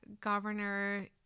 governor